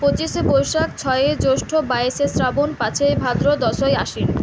পঁচিশে বৈশাখ ছয়েই জ্যৈষ্ঠ বাইশে শ্রাবণ পাঁচেই ভাদ্র দশই আশ্বিন